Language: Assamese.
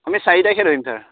আমি চাৰি তাৰিখে ধৰিম ছাৰ